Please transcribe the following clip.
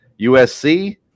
USC